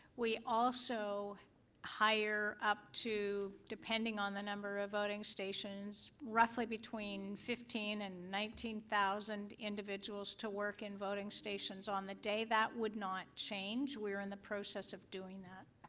we also hire up to, depending on the number of voteing stations, roughly between fifteen and nineteen thousand individuals to work in voting stations on the day that would not change. we are in the process of doing that.